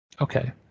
Okay